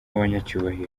abanyacyubahiro